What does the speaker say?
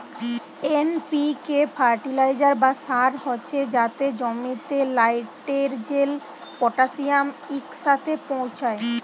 NPK fertiliser বা সার হছে যাতে জমিতে লাইটেরজেল, পটাশিয়াম ইকসাথে পৌঁছায়